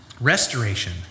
Restoration